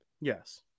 Yes